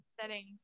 Settings